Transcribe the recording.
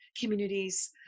communities